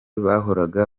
bahoraga